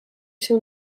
się